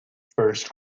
first